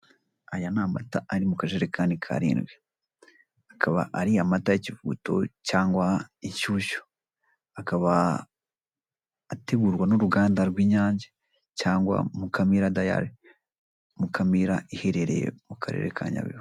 Aya n'amata ari mukajerekani karindwi, akaba ari amata y'ikivuguto cyangwa Inshyushyu akaba ategurwa n'uruganda rw'Inyange cyangwa mukamira dayari, mukamira iherereye mukarere ka Nyabihu.